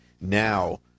now